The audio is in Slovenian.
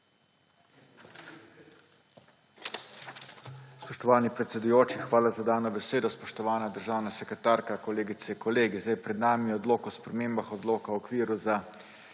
Spoštovani predsedujoči, hvala za dano besedo. Spoštovana državna sekretarka, kolegice, kolegi! Pred nami je Predlog odlok o spremembah Odloka o okviru za